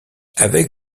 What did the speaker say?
avec